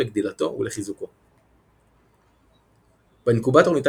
נשים מתחת לגיל 18 או מעל גיל 35. מחלות רקע, למשל